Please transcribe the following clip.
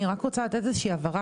אני רק רוצה לתת איזה שהיא הבהרה,